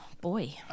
Boy